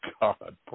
God